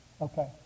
Okay